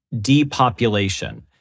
depopulation